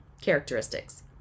characteristics